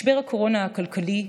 משבר הקורונה הכלכלי,